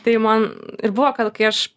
tai man ir buvo kad kai aš